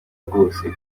bwose